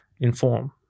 inform